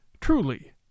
Truly